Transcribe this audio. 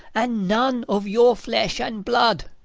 and none of your flesh and blood.